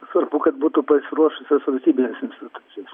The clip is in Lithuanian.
svarbu kad būtų pasiruošusios valstybinės institucijos